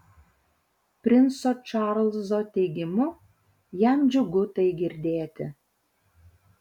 princo čarlzo teigimu jam džiugu tai girdėti